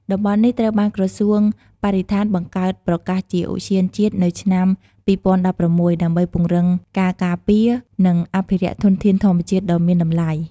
តំបន់នេះត្រូវបានក្រសួងបរិស្ថានបង្កើតប្រកាសជាឧទ្យានជាតិនៅឆ្នាំ ២០១៦ ដើម្បីពង្រឹងការការពារ និងអភិរក្សធនធានធម្មជាតិដ៏មានតម្លៃ។